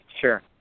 sure